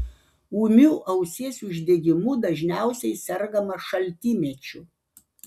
ūmiu ausies uždegimu dažniausiai sergama šaltymečiu